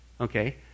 okay